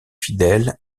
fidèles